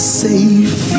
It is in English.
safe